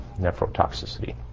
nephrotoxicity